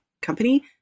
company